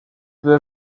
peu